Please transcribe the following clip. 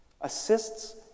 assists